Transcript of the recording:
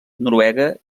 noruega